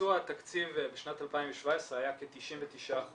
ביצוע התקציב בשנת 2017 היה כ-99%